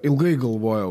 ilgai galvojau